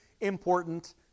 important